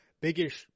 biggest